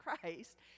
Christ